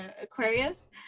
Aquarius